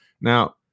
Now